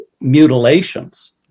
mutilations